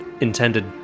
intended